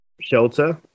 shelter